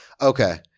Okay